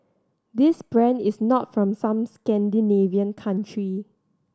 this brand is not from some Scandinavian country